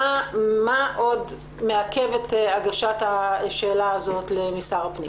מה עוד מעכב את הגשת השאלה הזאת לשר הפנים?